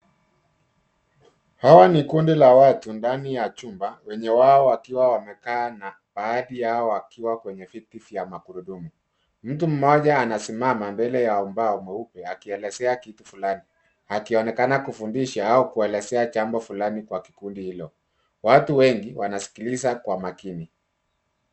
Hawa ni kundi la watu ndani ya chumba wenye wao wakiwa wamekaa na baadhi yao wakiwa kwenye viti vya magurudumu. Mtu mmoja amesimama mbele ya ubao mweupe akielezea kitu flani akionekana kufundisha au kuelezea jambo flani kwa kikundi hilo. Watu wengi wanasikiliza kwa makini.